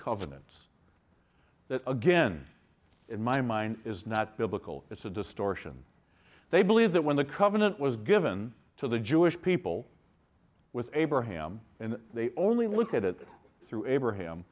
covenants that again in my mind is not biblical it's a distortion they believe that when the covenant was given to the jewish people with abraham and they only look at it through abraham